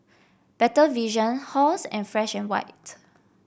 Better Vision Halls and Fresh And White